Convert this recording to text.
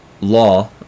law